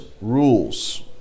rules